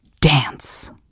dance